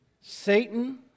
Satan